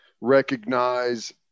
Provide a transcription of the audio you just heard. recognize